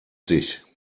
dich